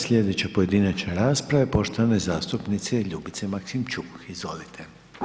Slijedeća pojedinačna rasprava je poštovane zastupnice Ljubice Maksimčuk, izvolite.